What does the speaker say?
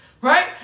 Right